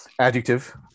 Adjective